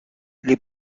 les